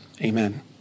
amen